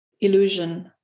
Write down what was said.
illusion